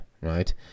right